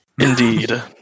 Indeed